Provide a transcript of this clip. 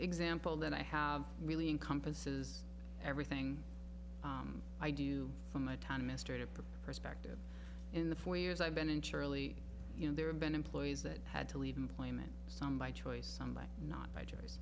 example that i have really in compass is everything i do from a town mr perspective in the four years i've been in surely you know there have been employees that had to leave employment some by choice some by not by